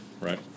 Right